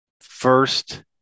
first